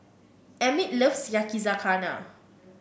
Emmit loves Yakizakana